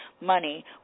money